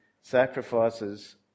sacrifices